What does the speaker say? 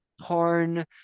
porn